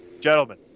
Gentlemen